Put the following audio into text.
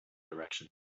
direction